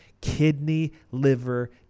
kidney-liver